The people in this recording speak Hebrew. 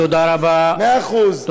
מאה אחוז, מאה אחוז.